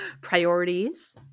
Priorities